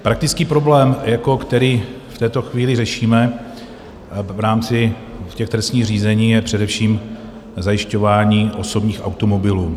Praktický problém, který v této chvíli řešíme v rámci trestních řízení, je především zajišťování osobních automobilů.